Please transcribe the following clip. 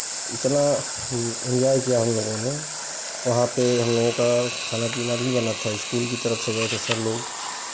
इतना इंजॉय किया हम लोगों ने वहाँ पे हम लोग का खाना पीना भी बना था इस्कूल की तरफ से गए थे सर लोग